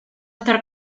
estar